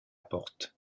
porte